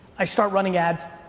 i start running ads.